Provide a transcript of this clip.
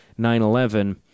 9-11